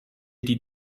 diese